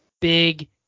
Big